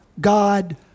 God